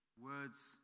words